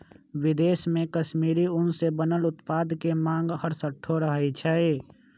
विदेश में कश्मीरी ऊन से बनल उत्पाद के मांग हरसठ्ठो रहइ छै